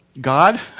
God